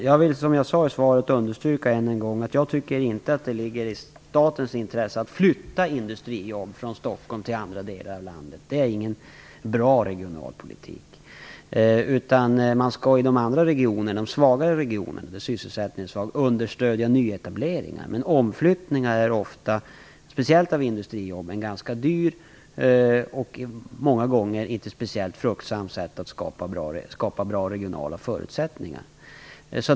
Fru talman! Jag vill än en gång understryka att jag inte tycker att det ligger i statens intressen att flytta industrijobb från Stockholm till andra delar av landet. Det är ingen bra regionalpolitik. Man skall i de sysselsättningssvaga regionerna understödja nyetableringar. Omflyttning speciellt av industrijobb är ofta ett ganska dyrt och många gånger inte speciellt fruktbart sätt att skapa bra regionala förutsättningar.